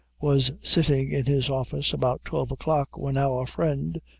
was sitting in his office, about twelve o'clock, when our friend,